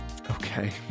Okay